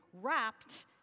wrapped